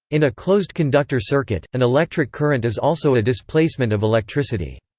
in a closed conductor circuit, an electric current is also a displacement of electricity.